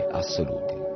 assoluti